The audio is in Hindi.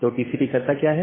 तो टीसीपी करता क्या है